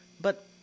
but